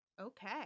okay